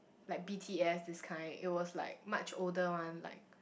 like B_T_S this kind it was like much older one like